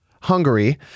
Hungary